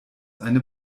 eine